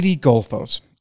golfers